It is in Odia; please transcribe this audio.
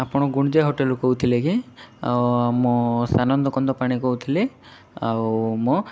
ଆପଣ ଗୁଣ୍ଡିଚା ହୋଟେଲରୁ କହୁଥିଲେ କି ଆଉ ମୁଁ ସାନନ୍ଦ କନ୍ଦ ପାଣି କହୁଥିଲି ଆଉ ମୋ